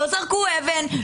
לא זרקו אבן.